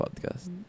podcast